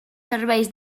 serveis